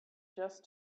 just